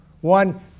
One